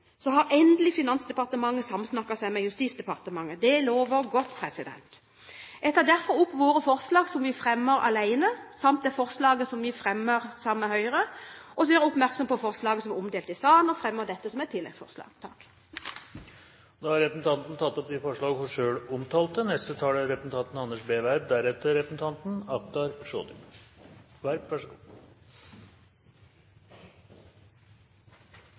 har endelig Finansdepartementet samsnakket seg med Justisdepartementet. Det lover godt. Jeg tar derfor opp våre forslag som vi fremmer alene samt det forslaget som vi fremmer sammen med Høyre. Jeg gjør også oppmerksom på forslaget som er omdelt i salen, og fremmer dette som et tilleggsforslag. Da har representanten Åse Michaelsen tatt opp de forslagene hun